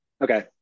Okay